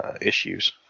issues